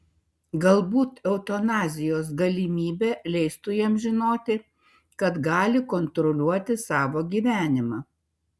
galbūt eutanazijos galimybė leistų jiems žinoti kad gali kontroliuoti savo gyvenimą